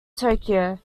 tokyo